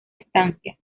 estancia